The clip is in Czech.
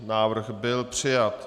Návrh byl přijat.